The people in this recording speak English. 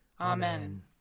Amen